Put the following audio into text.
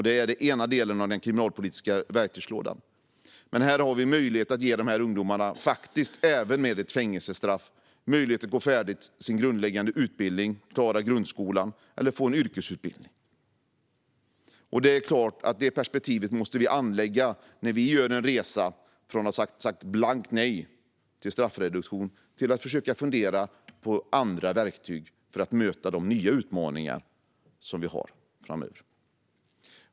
Det är den ena delen av den kriminalpolitiska verktygslådan. Men här kan dessa ungdomar, även de som avtjänar ett fängelsestraff, få möjlighet att gå färdigt en grundläggande utbildning, det vill säga klara grundskolan eller få en yrkesutbildning. Det perspektivet måste vi anlägga när vi gör en resa från att ha sagt blankt nej till straffreduktion till att försöka fundera över andra verktyg för att möta nya utmaningar framöver.